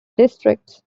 districts